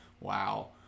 Wow